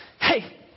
Hey